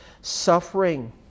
suffering